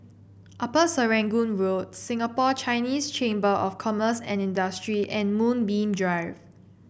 Upper Serangoon Road Singapore Chinese Chamber of Commerce and Industry and Moonbeam Drive